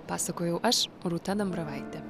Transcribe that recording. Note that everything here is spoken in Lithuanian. pasakojau aš rūta dambravaitė